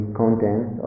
content